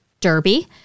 Derby